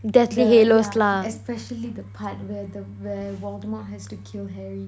the yeah especially the part where the where voldemort has to kill harry